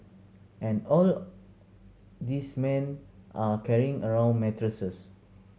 and all these men are carrying around mattresses